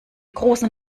großen